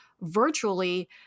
virtually